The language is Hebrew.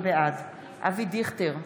בעד אבי דיכטר,